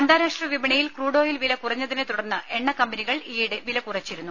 അന്താരാഷ്ട്ര വിപണിയിൽ crude oil വില കുറഞ്ഞതിനെത്തുടർന്ന് എണ്ണക്കമ്പനികൾ ഈയിടെ വില കുറച്ചിരുന്നു